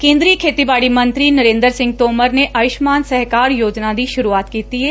ਕੇਦਰੀ ਖੇਤੀਬਾੜੀ ਮੰਤਰੀ ਨਰੇਦਰ ਸਿੰਘ ਤੋਮਰ ਨੇ ਆਯੂਸ਼ਮਾਨ ਸਹਿਕਾਰ ਯੋਜਨਾ ਦੀ ਸੁਰੂਆਤ ਕੀਤੀ ਏ